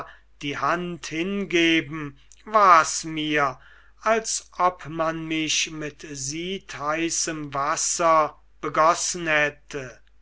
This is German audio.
die hand hingeben war mir's als ob man mich mit siedheißem wasser begossen hätte